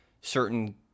certain